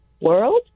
world